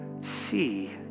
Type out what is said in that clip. see